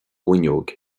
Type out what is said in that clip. bhfuinneog